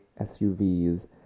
SUVs